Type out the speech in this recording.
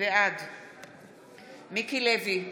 בעד מיקי לוי,